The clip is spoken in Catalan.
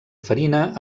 farina